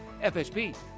FSP